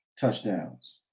touchdowns